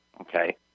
Okay